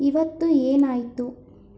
ಇವತ್ತು ಏನಾಯಿತು